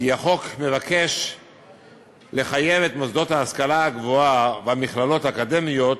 כי החוק מבקש לחייב את המוסדות להשכלה הגבוהה והמכללות האקדמיות,